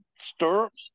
stirrups